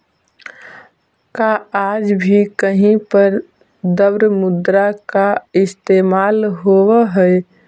का आज भी कहीं पर द्रव्य मुद्रा का इस्तेमाल होवअ हई?